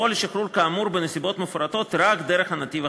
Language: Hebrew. לפעול לשחרור כאמור בנסיבות המפורטות רק דרך הנתיב החדש.